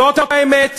זאת האמת.